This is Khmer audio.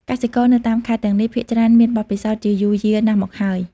កសិករនៅតាមខេត្តទាំងនេះ ភាគច្រើនមានបទពិសោធន៍ជាយូរយារណាស់មកហើយ។